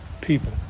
people